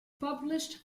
published